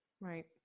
right